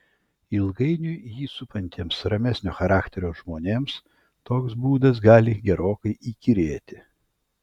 ilgainiui jį supantiems ramesnio charakterio žmonėms toks būdas gali gerokai įkyrėti